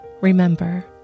Remember